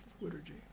liturgy